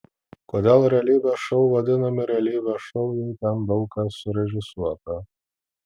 kodėl realybės šou vadinami realybės šou jei ten daug kas surežisuota